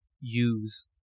use